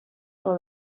for